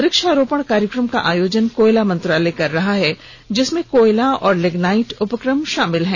वक्षारोपण कार्यक्रम का आयोजन कोयला मंत्रालय कर रहा है जिसमें कोयला और लिगनाइट उपक्रम शामिल हैं